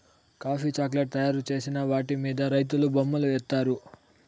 coffee chocolate తయారు చేసిన వాటి మీద రైతులు బొమ్మలు ఏత్తారు